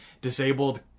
disabled